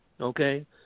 okay